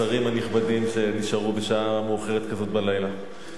השרים הנכבדים שנשארו בשעה מאוחרת כזאת בלילה,